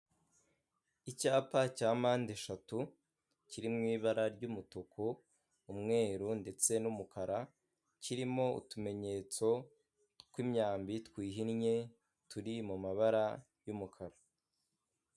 Icyapa cya mpande eshatu kiri mu ibara ry'umutuku, umweru ndetse n'umukara, kirimo utumenyetso tw'imyambi twihinnye, turi mu mabara y'umukara.